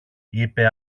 είπε